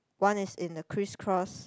one is in the crisscross